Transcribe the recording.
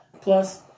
Plus